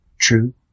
True